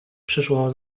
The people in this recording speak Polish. przyszło